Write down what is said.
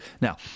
Now